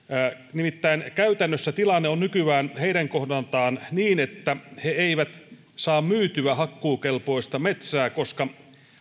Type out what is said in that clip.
nimittäin käytännössä tilanne on nykyään heidän kohdaltaan niin että he eivät saa myytyä hakkuukelpoista metsää koska